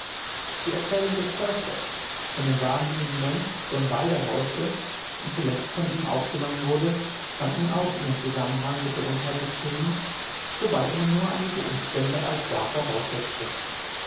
die erzählung des försters von dem wahnsinnigen mönch der im walde hausete und zuletzt von ihm aufgenommen wurde fand nun auch ihren zusammenhang mit der untat viktorins sobald man nur einige umstände als wahr voraussetzte